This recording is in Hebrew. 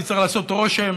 כי צריך לעשות רושם